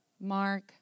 Mark